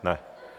Ne.